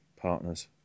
partners